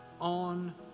on